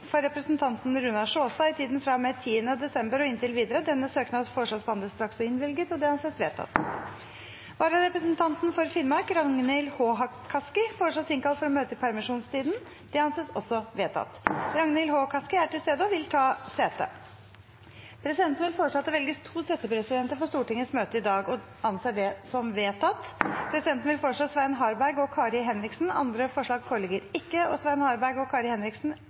for representanten Runar Sjåstad i tiden fra og med 10. desember og inntil videre. Etter forslag fra presidenten ble enstemmig besluttet: Søknaden behandles straks og innvilges. Vararepresentanten for Finnmark, Ragnhild H. Kaski, innkalles for å møte i permisjonstiden. Ragnhild H. Kaski er til stede og vil ta sete. Presidenten vil foreslå at det velges to settepresidenter for Stortingets møte i dag. – Det anses vedtatt. Presidenten vil foreslå Svein Harberg og Kari Henriksen. Andre forslag foreligger ikke, og Svein Harberg og Kari Henriksen